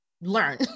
learn